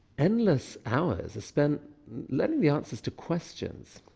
endless hours are spent learning the answers to questions,